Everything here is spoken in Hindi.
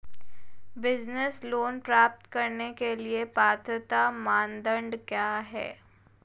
बिज़नेस लोंन प्राप्त करने के लिए पात्रता मानदंड क्या हैं?